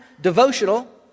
devotional